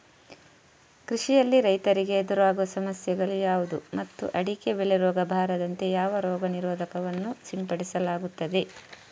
ಕೃಷಿಯಲ್ಲಿ ರೈತರಿಗೆ ಎದುರಾಗುವ ಸಮಸ್ಯೆಗಳು ಯಾವುದು ಮತ್ತು ಅಡಿಕೆ ಬೆಳೆಗೆ ರೋಗ ಬಾರದಂತೆ ಯಾವ ರೋಗ ನಿರೋಧಕ ವನ್ನು ಸಿಂಪಡಿಸಲಾಗುತ್ತದೆ?